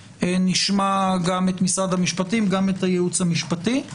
נשמע גם את משרד המשפטים, גם את הייעוץ המשפטי.